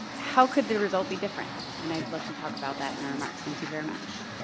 how could the result be different? and i'd love to talk about that in our remarks, thank you very much.